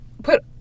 put